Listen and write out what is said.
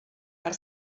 per